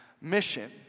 mission